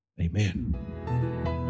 Amen